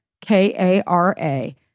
K-A-R-A